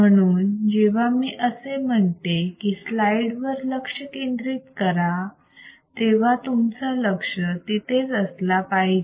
म्हणून जेव्हा मी असे म्हणते की स्लाईडवर लक्ष केंद्रित करा तेव्हा तुमचा लक्ष तिथेच असला पाहिजे